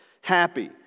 happy